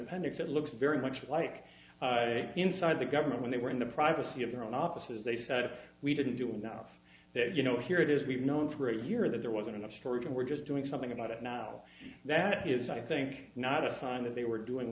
appendix it looks very much like inside the government when they were in the privacy of their own offices they said we didn't do enough that you know here it is we've known for a year that there wasn't enough storage and we're just doing something about it now that is i think not at a time that they were doing